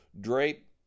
drape